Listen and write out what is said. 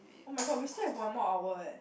oh-my-god we still have one more hour eh